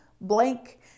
blank